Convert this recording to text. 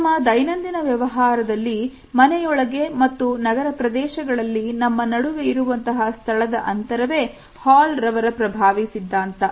ನಮ್ಮ ದೈನಂದಿನ ವ್ಯವಹಾರದಲ್ಲಿ ಮನೆಯೊಳಗೆ ಮತ್ತು ನಗರ ಪ್ರದೇಶಗಳಲ್ಲಿ ನಮ್ಮ ನಡುವೆ ಇರುವಂತಹ ಸ್ಥಳದ ಅಂತರವೇ Hall ಅವರ ಪ್ರಭಾವಿ ಸಿದ್ದಾಂತ